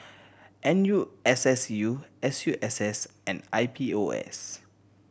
N U S S U S U S S and I P O S